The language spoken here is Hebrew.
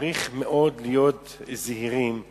אני אומר: צריך להיות זהירים מאוד,